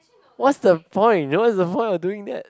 what's the point what's the point of doing that